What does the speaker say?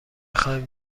خوایم